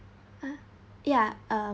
ah ya um